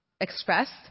expressed